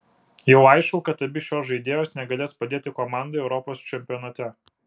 jau aišku kad abi šios žaidėjos negalės padėti komandai europos čempionate